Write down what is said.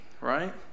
right